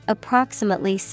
approximately